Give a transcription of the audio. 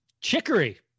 Chicory